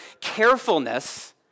carefulness